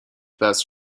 best